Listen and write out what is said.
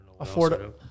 Affordable